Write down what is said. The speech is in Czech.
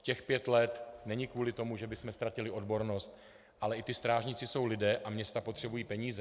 Těch pět let není kvůli tomu, že bychom ztratili odbornost, ale i ti strážníci jsou lidé a města potřebují peníze.